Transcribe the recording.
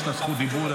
יש לך זכות דיבור,